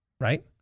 Right